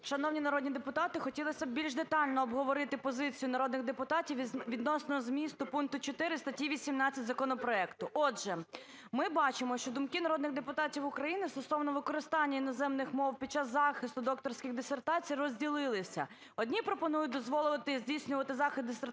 Шановні народні депутати, хотілося б більш детально обговорити позицію народних депутатів відносно змісту пункту 4 статті 18 законопроекту. Отже, ми бачимо, що думки народних депутатів України стосовно використання іноземних мов під час захисту докторських дисертацій розділилися. Одні пропонують дозволити здійснювати захист дисертації